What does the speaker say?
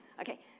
Okay